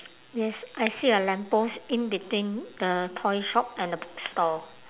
yes I see a lamppost in between the toy shop and the bookstore